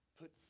put